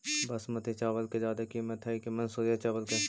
बासमती चावल के ज्यादा किमत है कि मनसुरिया चावल के?